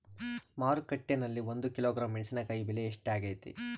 ಮಾರುಕಟ್ಟೆನಲ್ಲಿ ಒಂದು ಕಿಲೋಗ್ರಾಂ ಮೆಣಸಿನಕಾಯಿ ಬೆಲೆ ಎಷ್ಟಾಗೈತೆ?